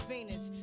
Venus